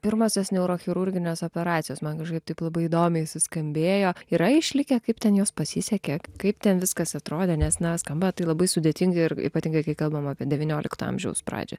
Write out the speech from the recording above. pirmosios neurochirurginės operacijos man kažkaip taip labai įdomiai suskambėjo yra išlikę kaip ten jos pasisekė kaip ten viskas atrodė nes na skamba tai labai sudėtingai ir ypatingai kai kalbam kad devyniolikto amžiaus pradžią